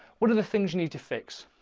what are the things you need to fix?